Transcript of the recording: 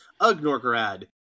Ugnorgrad